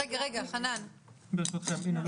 מדובר או בהנשמה טרכאוסטומיה או במכונת הנשמה